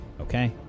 Okay